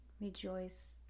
rejoice